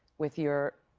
with your